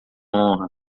honra